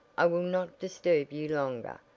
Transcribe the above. i will not disturb you longer.